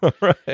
Right